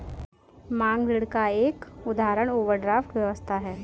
मांग ऋण का एक उदाहरण ओवरड्राफ्ट व्यवस्था है